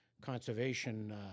conservation